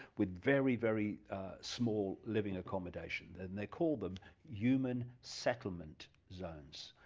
with very very small living accommodation and they call them human settlement zones,